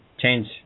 change